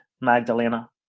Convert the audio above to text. Magdalena